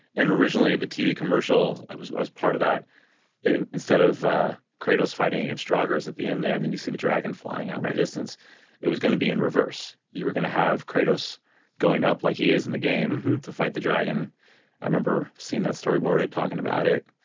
and originally the tv commercial. i was i was part of that instead of kratos fighting against roggers at the end there and then you see the dragon flying on right distance it was gonna be in reverse. you were gonna have kratos going up like he is in the game to fight the dragon i remember seeing that storyboarded talking about it.